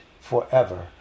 forever